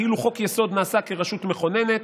כאילו חוק-יסוד נעשה כרשות מכוננת,